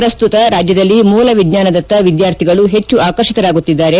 ಪ್ರಸ್ತುತ ರಾಜ್ಯದಲ್ಲಿ ಮೂಲ ವಿಜ್ಞಾನದತ್ತ ವಿದ್ಯಾರ್ಥಿಗಳು ಹೆಚ್ಚು ಆಕರ್ಷಿತರಾಗುತ್ತಿದ್ದಾರೆ